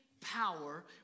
power